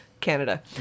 Canada